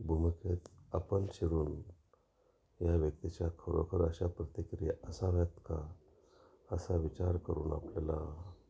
भूमिकेत आपण शिरून या व्यक्तीच्या खरोखर अशा प्रतिक्रिया असाव्यात का असा विचार करून आपल्याला